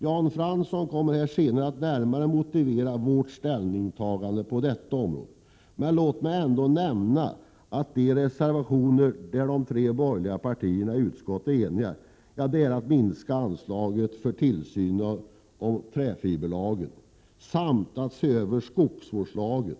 Jan Fransson kommer senare att närmare motivera våra ställningstaganden på detta område, men låt mig ändå nämna att de reservationer i vilka de tre borgerliga partierna är eniga gäller frågan om ett borttagande av anslaget för tillsyn enligt lagen om träfiberråvara samt en översyn av skogsvårdslagen.